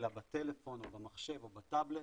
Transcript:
אלא בטלפון או במחשב או בטאבלט